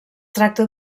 tracta